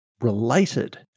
related